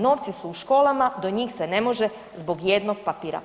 Novci su u školama, do njih se ne može zbog jednog papira.